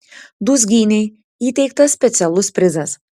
dūzgynei įteiktas specialus prizas